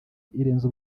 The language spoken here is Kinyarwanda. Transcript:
irenze